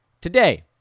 Today